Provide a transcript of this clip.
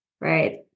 right